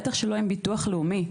בטח שלא עם ביטוח לאומי.